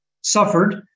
suffered